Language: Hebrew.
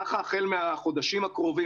כך החל מהחודשים הקרובים,